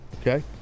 Okay